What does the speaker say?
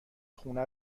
خونه